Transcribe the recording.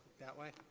that way?